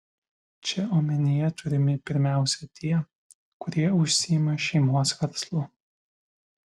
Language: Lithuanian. čia omenyje turimi pirmiausia tie kurie užsiima šeimos verslu